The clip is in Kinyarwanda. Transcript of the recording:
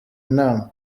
inama